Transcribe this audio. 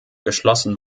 geschlossen